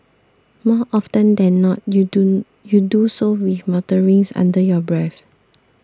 more often than not you do you do so with mutterings under your breath